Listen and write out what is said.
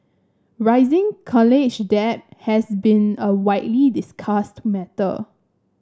rising college debt has been a widely discussed matter